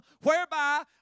whereby